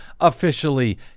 officially